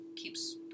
keeps